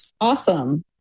Awesome